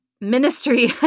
ministry